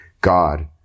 God